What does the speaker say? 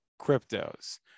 cryptos